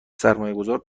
سرمایهگذار